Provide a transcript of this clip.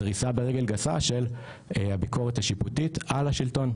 דריסה ברגל גסה של הביקורת השיפוטית על השלטון,